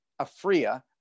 Afria